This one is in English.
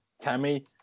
Tammy